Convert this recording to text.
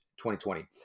2020